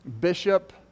bishop